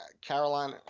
Caroline